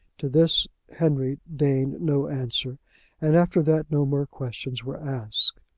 to this henry deigned no answer and after that no more questions were asked.